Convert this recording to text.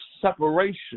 separation